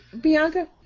Bianca